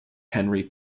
henry